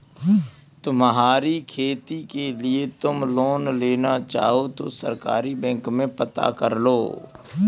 तुम्हारी खेती के लिए तुम लोन लेना चाहो तो सहकारी बैंक में पता करलो